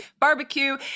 barbecue